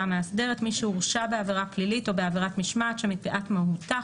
המאסדרת מי שהורשע בעבירה פלילית או בעבירת משמעת שמפאת מהותה,